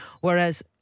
Whereas